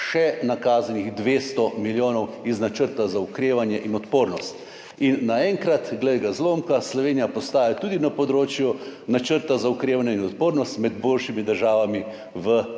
nakazanih še 200 milijonov iz Načrta za okrevanje in odpornost. Naenkrat, glej ga zlomka, Slovenija postaja tudi na področju Načrta za okrevanje in odpornost med boljšimi državami v Evropi.